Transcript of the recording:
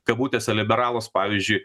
kabutėse liberalus pavyzdžiui